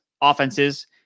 offenses